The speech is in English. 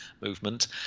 movement